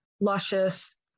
Luscious